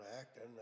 acting